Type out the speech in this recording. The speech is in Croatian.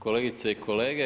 Kolegice i kolege.